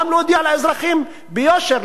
גם להודיע לאזרחים ביושר,